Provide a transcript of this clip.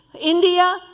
India